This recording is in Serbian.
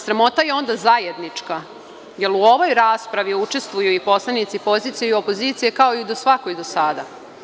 Sramota je onda zajednička, jer u ovoj raspravi učestvuju i poslanici pozicije i opozicije kao i u svakoj do sada.